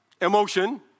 emotion